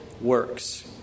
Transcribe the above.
works